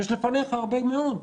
יש לפניך הרבה מאוד.